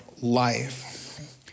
life